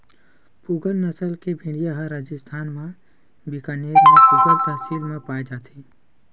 पूगल नसल के भेड़िया ह राजिस्थान म बीकानेर म पुगल तहसील म पाए जाथे